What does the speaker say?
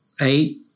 eight